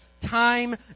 time